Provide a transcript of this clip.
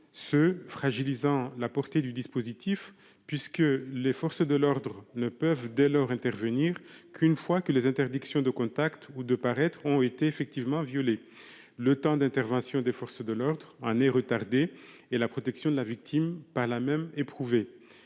qui fragilise la portée du dispositif. En effet, les forces de l'ordre ne peuvent dès lors intervenir qu'une fois que les interdictions de contact ou de paraître ont été effectivement violées. Le temps d'intervention des forces de l'ordre en est retardé, et la protection de la victime, par là même, éprouvée.